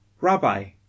Rabbi